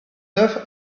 neuf